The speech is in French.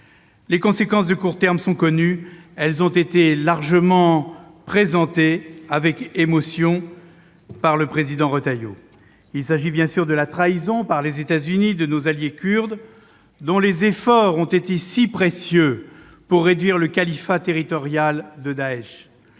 Les conséquences de court terme sont connues, elles ont été largement présentées, avec émotion, par le président Retailleau. Il s'agit, bien sûr, de la trahison par les États-Unis de nos alliés kurdes, dont les efforts ont été si précieux pour réduire le califat territorial de Daech.